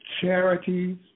charities